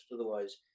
otherwise